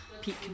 peak